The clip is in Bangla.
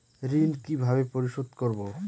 ঋণ কিভাবে পরিশোধ করব?